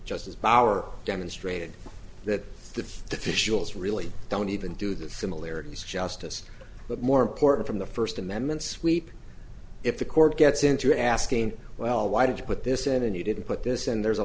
just as power demonstrated that the officials really don't even do the similarities justice but more important from the first amendment sweep if the court gets into asking well why did you put this in and you didn't put this in there's a